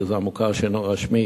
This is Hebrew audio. שזה המוכר שאינו רשמי,